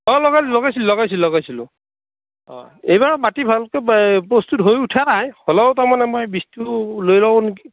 অঁ লাগালোঁ লগাইছোঁ লগাইছোঁ লগাইছিলোঁ এইবাৰ মাটি ভালকৈ প্ৰস্তুত হৈ উঠা নাই হ'লেও তাৰ মানে মই বীজটো লৈ লওঁ নেকি